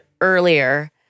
earlier